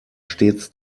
stets